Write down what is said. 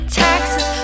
taxes